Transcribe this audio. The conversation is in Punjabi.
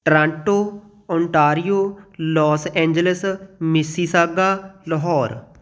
Toronto Ontario Los Angeles Mississauga Lahore